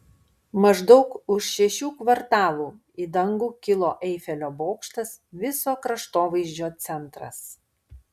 maždaug už šešių kvartalų į dangų kilo eifelio bokštas viso kraštovaizdžio centras